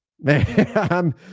Man